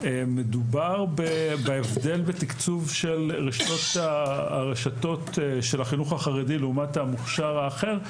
מדובר בהבדל בתקצוב של הרשתות של החינוך החרדי לעומת המוכש"ר האחר,